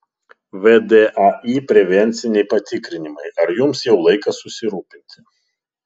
vdai prevenciniai patikrinimai ar jums jau laikas susirūpinti